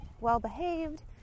well-behaved